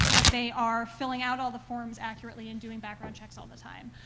that they are filling out all the forms accurately and doing background checks all the time,